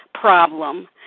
problem